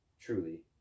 truly